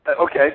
okay